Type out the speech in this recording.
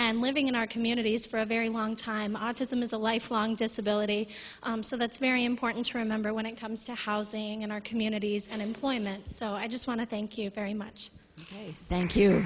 and living in our communities for a very long time autism is a lifelong disability so that's very important to remember when it comes to housing in our communities and employment so i just want to thank you very much thank you